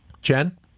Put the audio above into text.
Jen